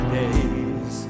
days